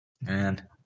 man